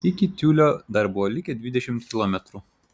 iki tiulio dar buvo likę dvidešimt kilometrų